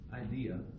idea